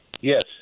Yes